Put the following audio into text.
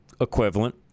equivalent